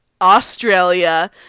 Australia